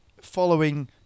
following